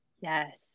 Yes